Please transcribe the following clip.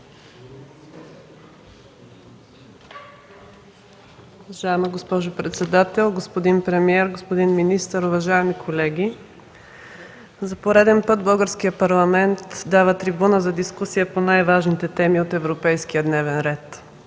Уважаема госпожо председател, господин председател, господин министър, уважаеми колеги! За пореден път Българският парламент дава трибуна за дискусия по най-важните теми от европейския дневен ред.